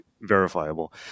verifiable